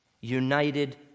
united